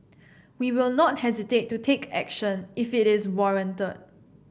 we will not hesitate to take action if it is warranted